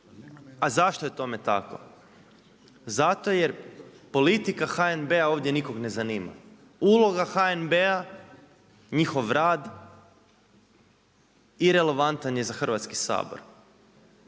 A zašto je tome tako? Zato jer politika HNB-a ovdje nikoga ne zanima. Uloga HNB-a, njihov rad irelevantan je za Hrvatski sabor.